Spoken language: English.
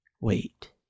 wait